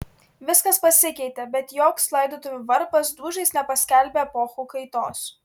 viskas pasikeitė bet joks laidotuvių varpas dūžiais nepaskelbė epochų kaitos